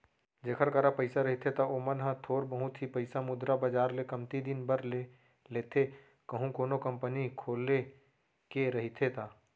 जेखर करा पइसा रहिथे त ओमन ह थोर बहुत ही पइसा मुद्रा बजार ले कमती दिन बर ले लेथे कहूं कोनो कंपनी खोले के रहिथे ता